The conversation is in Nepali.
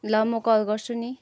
ल म कल गर्छु नि